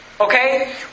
Okay